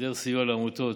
היעדר סיוע לעמותות.